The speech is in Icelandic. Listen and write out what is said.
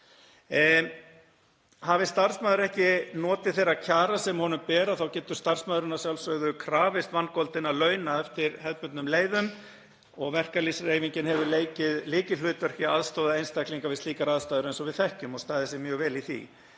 Hafi starfsmaður ekki notið þeirra kjara sem honum ber þá getur starfsmaðurinn að sjálfsögðu krafist vangoldinna launa eftir hefðbundnum leiðum og verkalýðshreyfingin hefur leikið lykilhlutverk í að aðstoða einstaklinga við slíkar aðstæður, eins og við þekkjum, og staðið sig mjög vel í því.